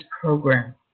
program